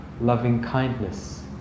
loving-kindness